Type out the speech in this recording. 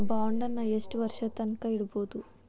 ಬಾಂಡನ್ನ ಯೆಷ್ಟ್ ವರ್ಷದ್ ತನ್ಕಾ ಇಡ್ಬೊದು?